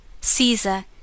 Caesar